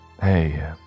Hey